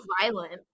violent